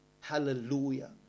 Hallelujah